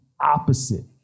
opposite